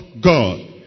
God